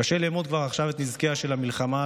קשה לאמוד כבר עכשיו את נזקיה של המלחמה,